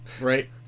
right